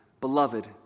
Beloved